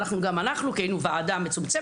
הלכנו גם אנחנו כי היינו ועדה מצומצמת,